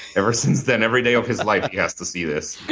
ever since then every day of his life he has to see this.